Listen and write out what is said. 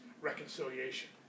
reconciliation